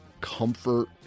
comfort